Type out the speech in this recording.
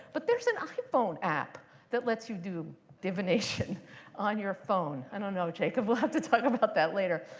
but there's an iphone app that lets you do divination on your phone. i don't know, jacob. we'll have to talk about that later.